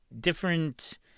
different